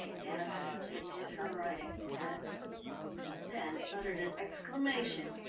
yes, it is her writing, he said and then uttered an exclamation.